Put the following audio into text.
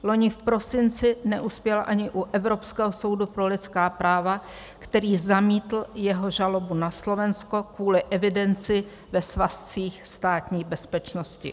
Loni v prosinci neuspěl ani u Evropského soudu pro lidská práva, který zamítl jeho žalobu na Slovensko kvůli evidenci ve svazcích Státní bezpečnosti.